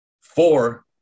Four